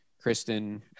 Kristen